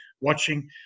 watching